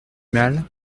mal